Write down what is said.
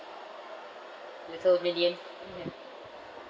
little minion ya